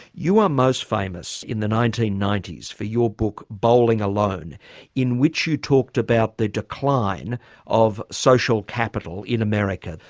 you are most famous in the nineteen ninety s for your book bowling alone in which you talked about the decline of social capital in america,